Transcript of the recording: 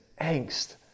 angst